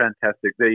fantastic